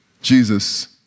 Jesus